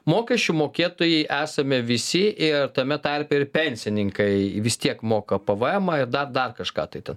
mokesčių mokėtojai esame visi ir tame tarpe ir pensininkai vis tiek moka pvemą ir dar dar kažką tai ten